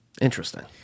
Interesting